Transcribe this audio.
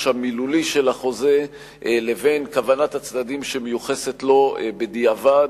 המילולי של החוזה לבין כוונת הצדדים שמיוחסת לו בדיעבד.